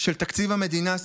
של תקציב המדינה,